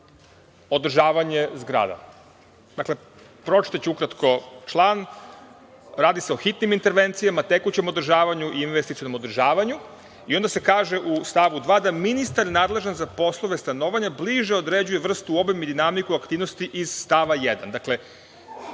održavanje zgrada. Pročitaću ukratko član. Radi se o hitnim intervencijama, tekućem održavanju i investicionom održavanju. Onda se kaže u stavu 2. da ministar nadležan za poslove stanovanja bliže određuje vrstu, obim i dinamiku aktivnosti iz stava 1.Dakle,